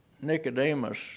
Nicodemus